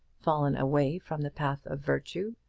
fallen away from the path of virtue.